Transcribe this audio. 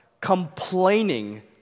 Complaining